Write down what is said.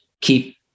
Keep